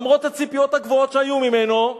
למרות הציפיות הגבוהות שהיו ממנו,